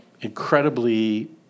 incredibly